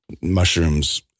mushrooms